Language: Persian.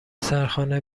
سرخانه